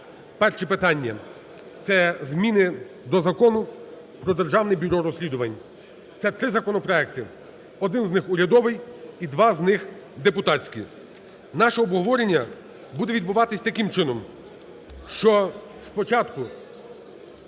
перше питання – це зміни до Закону "Про Державне бюро розслідувань". Це 3 законопроекти: 1 з них урядовий і 2 з них депутатські. Наше обговорення буде відбуватись таким чином, що спочатку